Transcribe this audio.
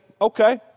okay